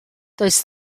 does